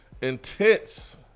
intense